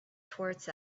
towards